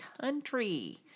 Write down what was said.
country